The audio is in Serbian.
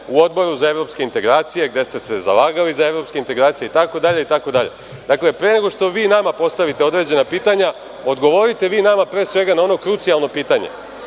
u Odboru za evropske integracije gde ste se zalagali za evropske integracije itd, itd. Pre nego što vi nama postavite određena pitanja, odgovorite na ono krucijalno pitanje